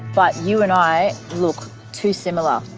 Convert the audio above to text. but you and i look too similar.